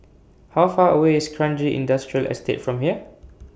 How Far away IS Kranji Industrial Estate from here